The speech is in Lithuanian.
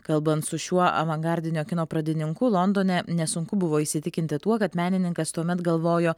kalbant su šiuo avangardinio kino pradininku londone nesunku buvo įsitikinti tuo kad menininkas tuomet galvojo